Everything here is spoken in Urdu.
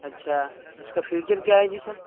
اچھا اس کا فیوچر کیا ہے جی سر